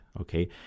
Okay